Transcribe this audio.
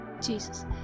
Jesus